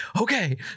okay